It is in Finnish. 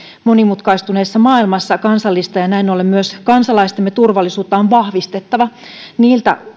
monimutkaistuneessa maailmassa kansallista ja näin ollen myös kansalaistemme turvallisuutta on vahvistettava niitä